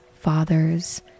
fathers